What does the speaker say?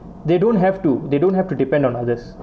they don't have to they don't have to depend on others